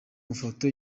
mafoto